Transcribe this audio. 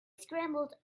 scrambled